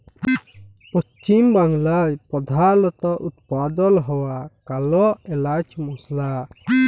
পশ্চিম বাংলায় প্রধালত উৎপাদল হ্য়ওয়া কাল এলাচ মসলা